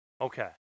Okay